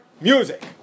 music